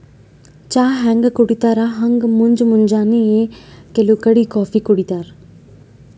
ಚಾ ಹ್ಯಾಂಗ್ ಕುಡಿತರ್ ಹಂಗ್ ಮುಂಜ್ ಮುಂಜಾನಿ ಕೆಲವ್ ಕಡಿ ಕಾಫೀ ಕುಡಿತಾರ್